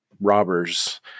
robbers